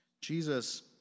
Jesus